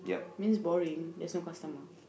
means boring there's not customer